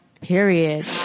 period